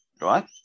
right